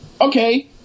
Okay